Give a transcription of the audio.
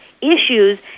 issues